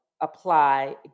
apply